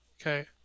Okay